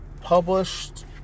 published